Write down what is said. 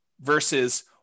versus